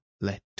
let